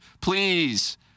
Please